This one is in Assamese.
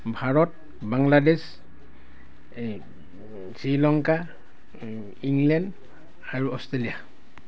ভাৰত বাংলাদেশ শ্ৰীলংকা ইংলেণ্ড আৰু অষ্ট্ৰেলিয়া